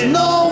no